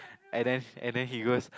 and then and then he goes